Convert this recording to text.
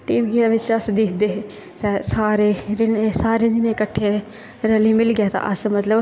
ते टीवी बिच अस दिक्खदे हे ते सारे जनें किट्ठे रली मिलियै ते अस मतलब